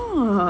!wah!